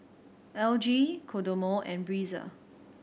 L G Kodomo and Breezer